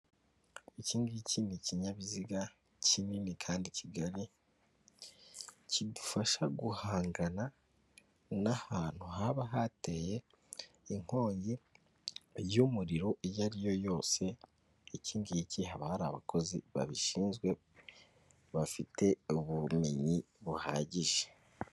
Iki ngiki n'ikinyabiziga kinini kandi kigali kidufasha guhangana n'ahantu haba hateye inkongi y'umuriro iyo ari yo yose, ikingiki haba hari abakozi babishinzwe, bafite ubumenyi buhagije.